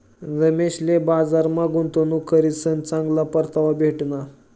रमेशले बजारमा गुंतवणूक करीसन चांगला परतावा भेटना